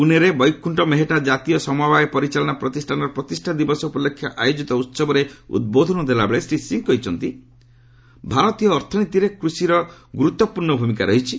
ପୁନେରେ ବୈକୁଶ୍ୟ ମେହେଟ୍ଟା ଜାତୀୟ ସମବାୟ ପରିଚାଳନା ପ୍ରତିଷ୍ଠାନର ପ୍ରତିଷ୍ଠା ଦିବସ ଉପଲକ୍ଷେ ଆୟୋଜିତ ଉହବରେ ଉଦ୍ବୋଧନ ଦେଲାବେଳେ ଶ୍ରୀ ସିଂହ କହିଛନ୍ତି ଭାରତୀୟ ଅର୍ଥନୀତିରେ କୃଷିର ଗୁରୁତ୍ୱପୂର୍ଣ୍ଣ ଭୂମିକା ରହିଛି